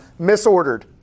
misordered